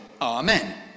Amen